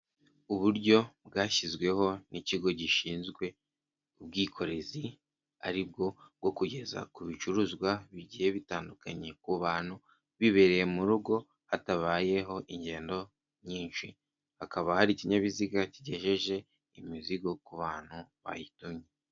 Uburyo bwashyizweho n'ikigo gishinzwe ubwikorezi aribwo bwo kugeza ku bicuruzwa bigiye bitandukanye ku bantu bibereye mu rugo hatabayeho ingendo nyinshi, hakaba hari ikinyabiziga kigejeje imizigo ku bantu bayitumye.